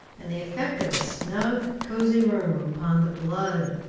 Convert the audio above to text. and the effect of a snug, cosy room upon the blood,